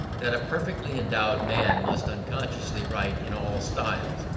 that a perfectly endowed man must unconsciously write in all styles,